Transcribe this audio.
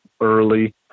early